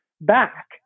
back